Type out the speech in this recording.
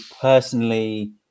personally